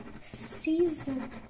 season